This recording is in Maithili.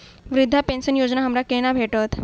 वृद्धा पेंशन योजना हमरा केना भेटत?